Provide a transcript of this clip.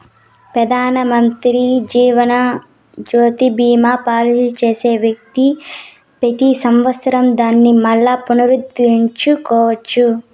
పెదానమంత్రి జీవనజ్యోతి బీమా పాలసీ చేసే వ్యక్తి పెతి సంవత్సరం దానిని మల్లా పునరుద్దరించుకోవచ్చు